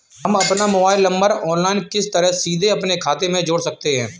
हम अपना mobile number online किस तरह सीधे अपने खाते में जोड़ सकते हैं?